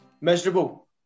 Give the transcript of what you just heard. Miserable